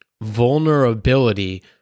vulnerability